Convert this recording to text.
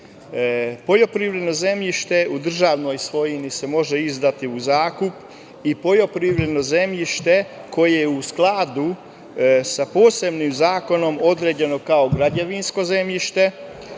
uslovima. Poljoprivredno zemljište u državnoj svojini se može izdati u zakup i poljoprivredno zemljište koje je u skladu sa posebnim zakonom određeno kao građevinsko zemljište